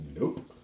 Nope